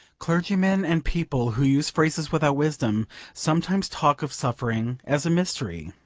clergymen and people who use phrases without wisdom sometimes talk of suffering as a mystery.